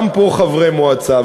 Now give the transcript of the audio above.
גם פה חברי מועצה.